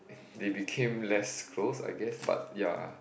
they became less close I guess but ya